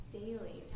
daily